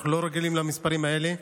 אנחנו לא רגילים למספרים האלה.